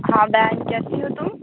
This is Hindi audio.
हाँ बहन कैसी हो तुम